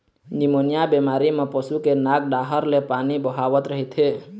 pneumonia बेमारी म पशु के नाक डाहर ले पानी बोहावत रहिथे